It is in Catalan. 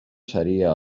seria